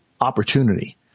opportunity